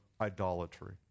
idolatry